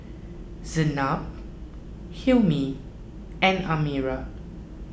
Zaynab Hilmi and Amirah